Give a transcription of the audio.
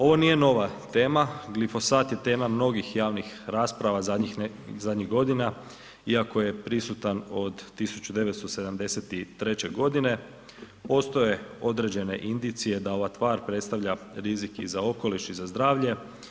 Ovo nije nova tema, glifosat je tema mnogih javnih rasprava zadnjih godina iako je prisutan od 1973. godine, postoje određene indicije da ova tvar predstavlja rizik i za okoliš i za zdravlje.